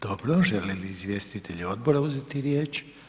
Dobro, žele li izvjestitelji odbora uzeti riječ?